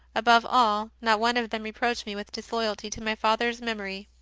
above all, not one of them reproached me with disloyalty to my father s mem ory.